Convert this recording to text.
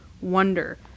Wonder